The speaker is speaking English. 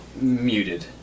Muted